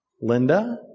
Linda